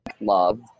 love